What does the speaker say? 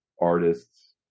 artists